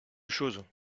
chose